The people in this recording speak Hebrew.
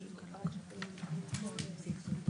ויש את הסמכויות של המועצה המאסדרת במקרים מסוימים.